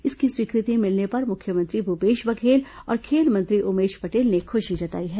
इसकी स्वीकृति मिलने पर मुख्यमंत्री भूपेश बघेल और खेल मंत्री उमेश पटेल ने खुशी जताई है